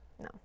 No